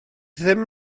ddim